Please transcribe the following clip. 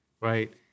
right